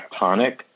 tectonic